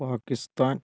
Pakistan